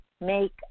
make